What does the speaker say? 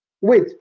wait